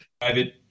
David